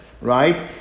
Right